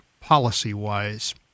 policy-wise